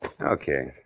Okay